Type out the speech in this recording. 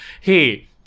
Hey